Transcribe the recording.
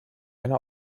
eine